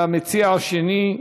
והמציע השני,